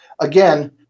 again